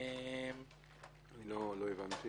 לא הבנתי